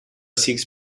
six